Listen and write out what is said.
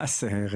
מה זה?